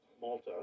Malta